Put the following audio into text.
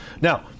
Now